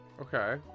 Okay